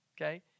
Okay